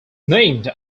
named